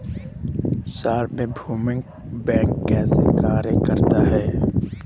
सार्वभौमिक बैंक कैसे कार्य करता है?